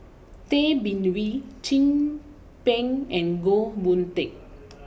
Tay Bin Wee Chin Peng and Goh Boon Teck